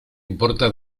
importa